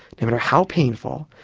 no matter how painful,